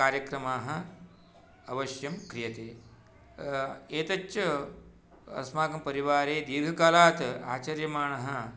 कार्यक्रमाः अवश्यं क्रियते एतच्च अस्माकं परिवारे दीर्घकालात् आचर्यमाणः